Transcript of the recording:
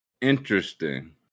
interesting